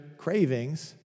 cravings